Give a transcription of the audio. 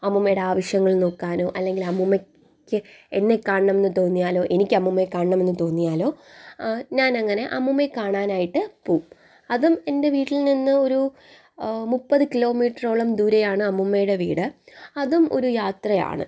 അമ്മുമ്മയുടെ ആവശ്യങ്ങൾ നോക്കാനോ അല്ലെങ്കിൽ അമ്മൂമ്മയ്ക്ക് എന്നെ കാണണമെന്ന് തോന്നിയാലോ എനിക്ക് അമ്മുമ്മയെ കാണണമെന്ന് തോന്നിയാലോ ഞാൻ അങ്ങനെ അമ്മൂമ്മയെ കാണാൻ ആയിട്ട് പോകും അതും എൻ്റെ വീട്ടിൽ നിന്ന് ഒരു മുപ്പത് കിലോമീറ്ററോളം ദൂരെയാണ് അമ്മൂമ്മയുടെ വീട് അതും ഒരു യാത്രയാണ്